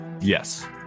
Yes